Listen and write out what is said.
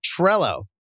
Trello